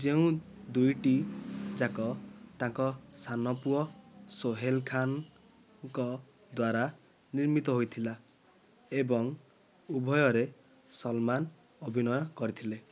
ଯେଉଁ ଦୁଇଟି ଯାକ ତାଙ୍କ ସାନ ପୁଅ ସହେଲ ଖାନ୍ଙ୍କ ଦ୍ୱାରା ନିର୍ମିତ ହୋଇଥିଲା ଏବଂ ଉଭୟରେ ସଲମାନ ଅଭିନୟ କରିଥିଲେ